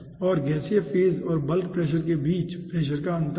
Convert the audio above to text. और यह गैसीय फेज और बल्क के बीच प्रेशर का अंतर है